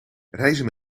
reizen